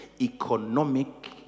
economic